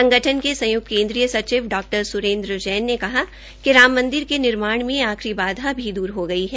संगठन के संयुक्त केन्द्रीय सचिव डॉ स्रेन्द्र जैन ने कहा कि राम मंदिर के निर्माण में आखिरी बाधा भी द्रर हो गई है